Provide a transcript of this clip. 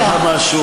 אני אגיד לך משהו.